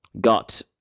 got